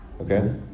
Okay